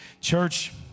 church